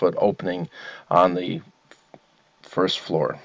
foot opening on the first floor